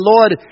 Lord